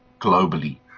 globally